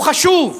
הוא חשוב,